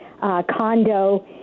condo